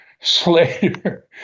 Slater